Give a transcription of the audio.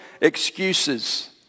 Excuses